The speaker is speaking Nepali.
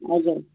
हजुर